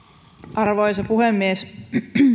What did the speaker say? arvoisa puhemies